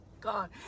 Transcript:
God